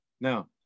Now